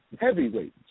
heavyweights